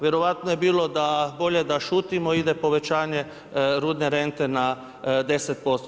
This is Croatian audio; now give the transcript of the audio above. Vjerojatno je bilo da bolje da šutimo, ide povećanje rudne rente na 10%